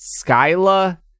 Skyla